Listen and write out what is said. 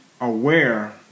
aware